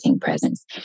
presence